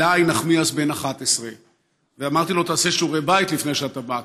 אלעאי נחמיאס בן 11. ואמרתי לו: תעשה שיעורי בית לפני שאתה בא,